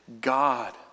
God